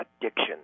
addiction